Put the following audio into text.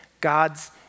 God's